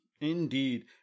Indeed